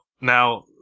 now